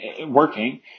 working